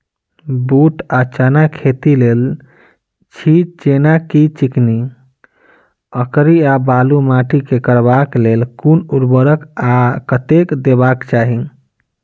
बूट वा चना केँ खेती, तेल छी जेना की चिकनी, अंकरी आ बालू माटि मे करबाक लेल केँ कुन उर्वरक आ कतेक देबाक चाहि?